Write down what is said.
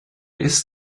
ist